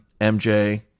MJ